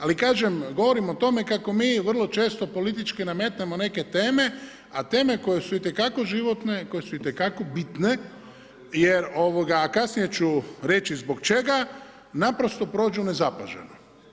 Ali kažem, govorim o tome kako mi vrlo često politički nametnemo neke teme, a teme koje su itekako životne, koje su itekako bitne jer kasnije ću reći zbog čega, naprosto prođu nezapaženo.